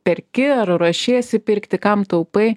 perki ar ruošiesi pirkti kam taupai